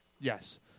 Yes